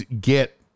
get